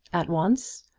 at once?